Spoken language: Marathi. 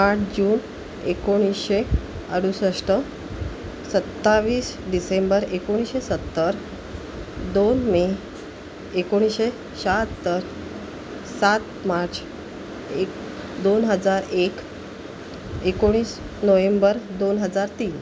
आठ जून एकोणीसशे अडुसष्ट सत्तावीस डिसेंबर एकोणीसशे सत्तर दोन मे एकोणीसशे शहात्तर सात मार्च एक दोन हजार एकोणीस नोएम्बर दोन हजार तीन